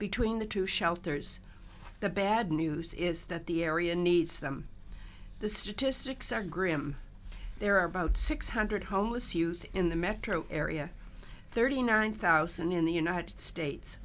between the two shelters the bad news is that the area needs them the statistics are grim there are about six hundred homeless youth in the metro area thirty nine thousand in the united states